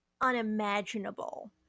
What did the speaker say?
unimaginable